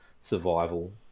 Survival